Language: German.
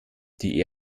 die